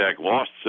lost